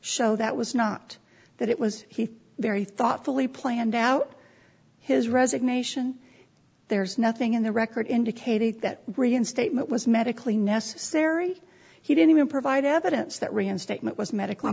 show that was not that it was he very thoughtfully planned out his resignation there's nothing in the record indicating that reinstatement was medically necessary he didn't even provide evidence that reinstatement was medical